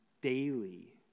daily